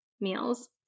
meals